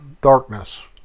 darkness